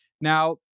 Now